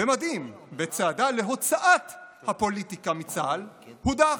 במדים בצעדה להוצאת הפוליטיקה מצה"ל, הודח.